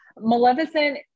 Maleficent